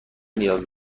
نیاز